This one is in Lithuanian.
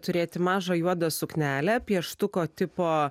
turėti mažą juodą suknelę pieštuko tipo